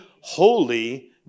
holy